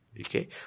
Okay